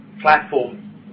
platform